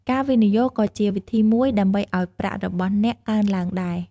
ការវិនិយោគក៏ជាវិធីមួយដើម្បីឲ្យប្រាក់របស់អ្នកកើនឡើងដែរ។